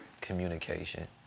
communication